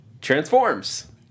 transforms